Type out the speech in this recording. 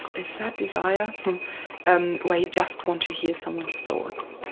it's that desire and where you just want to hear someone's thoughts.